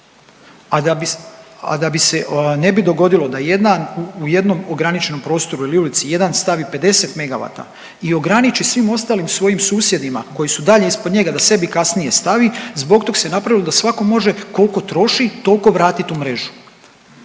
a da bi se ne bi dogodilo da jedna u jednom ograničenom prostoru ili ulici jedan stavi 50 megavata i ograniči svim ostalima svojim susjedima koji su dalje ispod njega da sebi kasnije stavi zbog tog se napravilo da svako može koliko troši tolko vratit u mrežu,